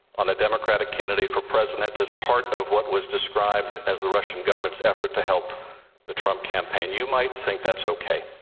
on a democratic candidate for president as part of what was described as the russian government's effort to help the trump campaign. you might think that's okay.